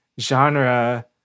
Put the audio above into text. genre